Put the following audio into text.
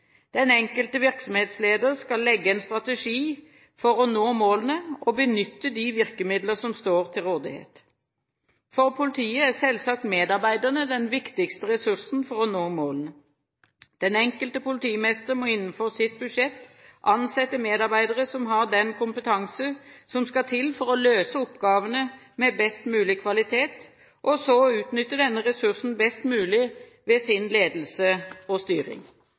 Den enkelte virksomhetsleder skal legge en strategi for å nå målene, og benytte de virkemidler som står til rådighet. For politiet er selvsagt medarbeiderne den viktigste ressursen for å nå målene. Den enkelte politimester må innenfor sitt budsjett ansette medarbeidere som har den kompetansen som skal til for å løse oppgavene med best mulig kvalitet, og så utnytte denne ressursen best mulig ved sin ledelse og styring.